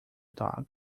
dog